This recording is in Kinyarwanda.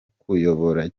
kuyobora